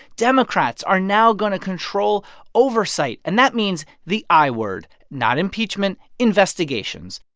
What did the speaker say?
democrats are now going to control oversight, and that means the i-word not impeachment investigations.